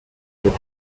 would